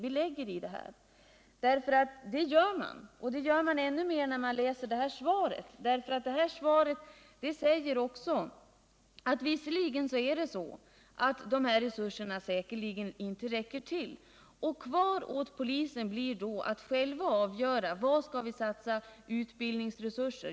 Det gör man nämligen nu, och det kommer man att göra i ännu större utsträckning sedan man läst detta svar. Det här svaret säger bara att de aktuella resurserna säkerligen inte räcker till. Därmed överlämnar man åt polisen att själv avgöra var man skall satsa utbildningsresurser.